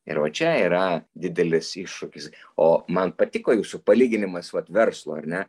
ir va čia yra didelis iššūkis o man patiko jūsų palyginimas vat verslo ar ne